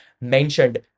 mentioned